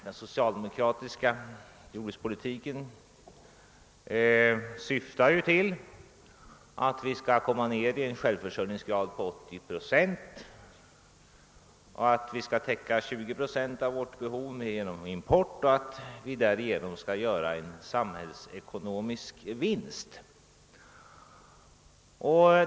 Den socialdemokrati "ska jordbrukspolitiken syftar ju till att man skall komma ner till en självförsörjningsgrad på 80 procent och att 20 procent av vårt livsmedelsbehov skall täckas genom import, varigenom vi skall göra en samhällsekonomisk vinst.